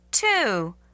Two